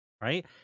right